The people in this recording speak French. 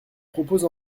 propose